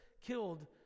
killed